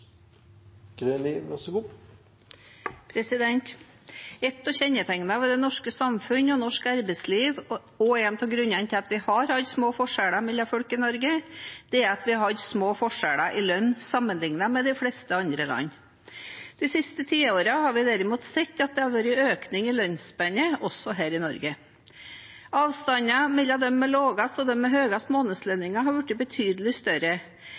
av kjennetegnene ved det norske samfunnet og norsk arbeidsliv, og en av grunnene til at vi har hatt små forskjeller mellom folk i Norge, er at vi har hatt små forskjeller i lønn sammenlignet med de fleste andre land. De siste tiårene har vi derimot sett at det har vært en økning i lønnsspennet også her i Norge. Avstanden mellom de med de laveste og de med de høyeste månedslønningene er blitt betydelig større,